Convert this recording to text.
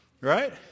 right